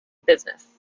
business